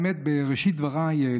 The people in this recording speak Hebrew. בראשית דבריי,